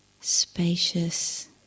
spacious